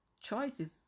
choices